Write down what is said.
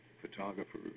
photographer